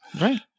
Right